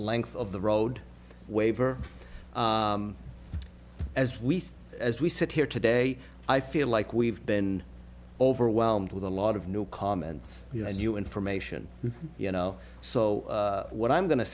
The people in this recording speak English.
length of the road waiver as we as we sit here today i feel like we've been overwhelmed with a lot of new comments new information you know so what i'm going to